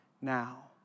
now